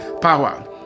power